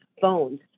phones